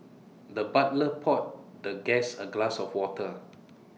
the butler poured the guest A glass of water